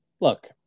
look